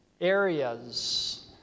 areas